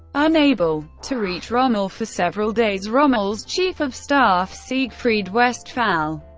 unable to reach rommel for several days, rommel's chief of staff, siegfried westphal,